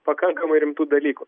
pakankamai rimtų dalykų